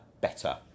better